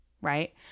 right